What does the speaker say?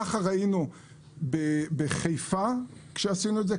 ככה ראינו בחיפה כשעשינו את זה,